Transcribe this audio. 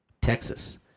Texas